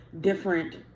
different